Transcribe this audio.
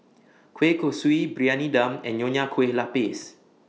Kueh Kosui Briyani Dum and Nonya Kueh Lapis